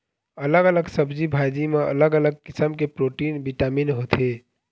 अलग अलग सब्जी भाजी म अलग अलग किसम के प्रोटीन, बिटामिन होथे